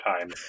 time